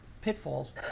pitfalls